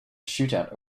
shootout